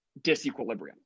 disequilibrium